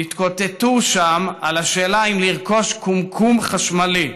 שהתקוטטו בה על השאלה אם לרכוש קומקום חשמלי,